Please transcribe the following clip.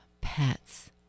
pets